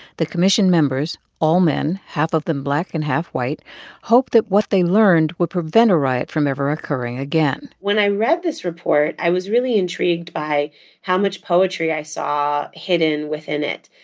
the commission members all men, half of them black and half white hoped that what they learned would prevent a riot from ever occurring again when i read this report, i was really intrigued by how much poetry i saw hidden within it,